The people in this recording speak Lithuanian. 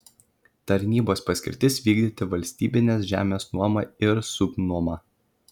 tarnybos paskirtis vykdyti valstybinės žemės nuomą ir subnuomą